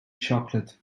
chocolate